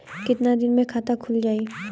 कितना दिन मे खाता खुल जाई?